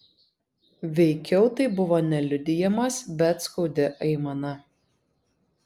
veikiau tai buvo ne liudijimas bet skaudi aimana